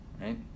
right